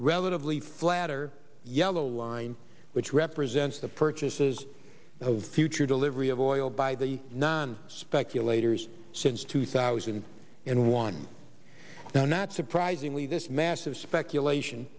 relatively flat or yellow line which represents the purchases of future delivery of oil by the non speculators since two thousand and one now not surprisingly this massive speculation